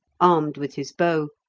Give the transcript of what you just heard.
armed with his bow,